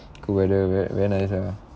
cold weather ve~ very nice ah